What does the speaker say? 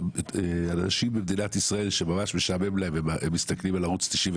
כשאנשים במדינת ישראל שממש משעמם להם והם מסתכלים בערוץ 99,